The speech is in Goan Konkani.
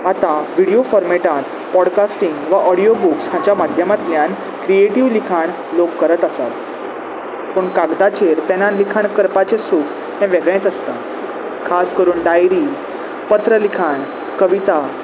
आतां विडियो फॉर्मेटांत पॉडकास्टींग वा ऑडियो बुक्स हाच्या माध्यमांतल्यान क्रिएटीव लिखाण लोक करत आसात पूण कागदाचेर पेन लिखाण करपाचें सूख हें वेगळेंच आसता खास करून डायरी पत्र लिखाण कविता